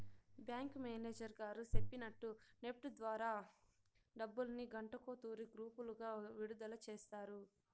bank manager గారు సెప్పినట్టు NEFT ద్వారా డబ్బుల్ని గంటకో తూరి గ్రూపులుగా విడదల సేస్తారు